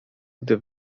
gdy